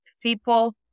people